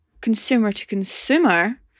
consumer-to-consumer